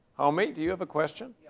homi, do you have a question?